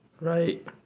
right